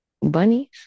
Bunnies